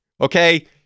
Okay